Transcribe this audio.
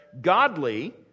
godly